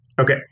Okay